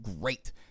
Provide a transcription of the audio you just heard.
great